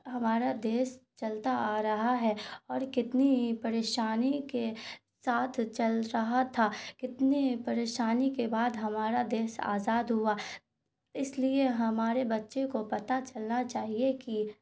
ہمارا دیس چلتا آ رہا ہے اور کتنی پریشانی کے ساتھ چل رہا تھا کتنی پریشانی کے بعد ہمارا دیس آزاد ہوا اس لیے ہمارے بچے کو پتہ چلنا چاہیے کہ